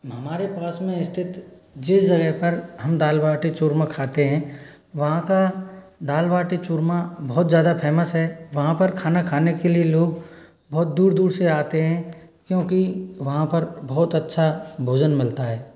हमारे पास में स्थित जिस जगह पर हम दाल बाटी चूरमा कहते हैं वहाँ का दाल बाटी चूरमा बहुत ज़्यादा फेमस है वहाँ पर खाना खाने के लिए लोग बहुत दूर दूर से आते हैं क्योंकि वहाँ पर बहुत अच्छा भोजन मिलता है